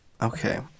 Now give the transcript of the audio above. Okay